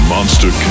Monster